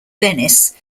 venice